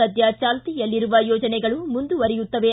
ಸದ್ದ ಚಾಲ್ತಿಯಲ್ಲಿರುವ ಯೋಜನೆಗಳು ಮುಂದುವರಿಯುತ್ತವೆ